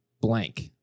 blank